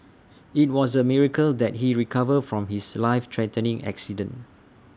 IT was A miracle that he recovered from his life threatening accident